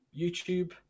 YouTube